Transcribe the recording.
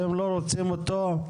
אתם לא רוצים אותו,